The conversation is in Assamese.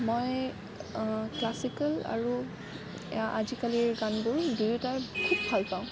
মই ক্লাছিকেল আৰু আজিকালিৰ গানবোৰ দুয়োটাই খুব ভালপাওঁ